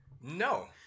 no